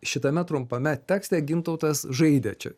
šitame trumpame tekste gintautas žaidė čia